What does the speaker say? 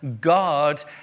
God